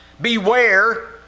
Beware